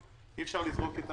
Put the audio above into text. אישרה את